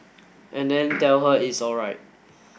and then tell her it's alright